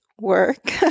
work